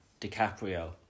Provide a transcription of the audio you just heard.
DiCaprio